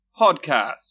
podcast